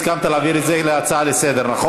הסכמת להעביר את זה להצעה לסדר-היום.